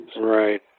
Right